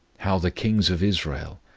how the kings of israel,